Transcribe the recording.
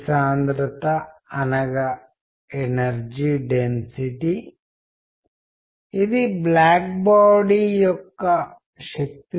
వాస్తవానికి ఈ పవర్ పాయింట్లో ఇక్కడ హైలైట్ చేయబడిన కొన్ని అంశాలపై దృష్టి పెట్టడం చాలా చాలా ముఖ్యం కోర్సు యొక్క మొదటి కొన్ని వారాల పాటు